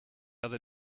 other